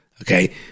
okay